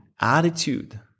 attitude